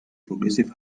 progressive